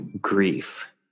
grief